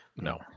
no